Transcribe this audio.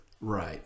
right